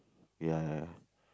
ya ya